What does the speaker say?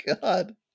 God